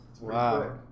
Wow